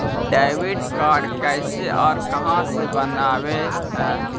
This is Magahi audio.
डेबिट कार्ड कैसे और कहां से बनाबे है?